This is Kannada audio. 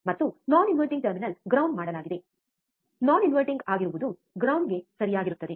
ಮತ್ತು ನಾನ್ ಇನ್ವರ್ಟಿಂಗ್ ಟರ್ಮಿನಲ್ ಗ್ರೌಂಡ್ ಮಾಡಲಾಗಿದೆ ನಾನ್ ಇನ್ವರ್ಟಿಂಗ್ ಆಗದಿರುವುದು ಗ್ರೌಂಡ್ ಗೆ ಸರಿಯಾಗಿರುತ್ತದೆ